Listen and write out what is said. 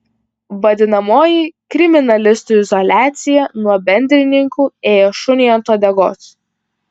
vadinamoji kriminalistų izoliacija nuo bendrininkų ėjo šuniui ant uodegos